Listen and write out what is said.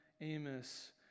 Amos